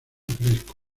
fresco